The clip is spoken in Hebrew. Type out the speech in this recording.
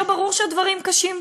ברור שהדברים קשים,